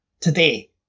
today